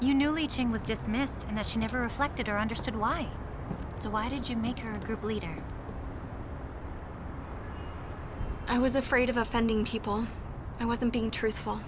you know leaching was dismissed and that she never affected her understood why so why did you make her group leader i was afraid of offending people i wasn't being truthful